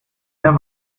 der